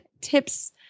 tips